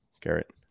Garrett